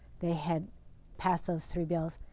they had passed those three bills,